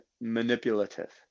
manipulative